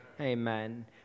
amen